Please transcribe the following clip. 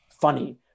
funny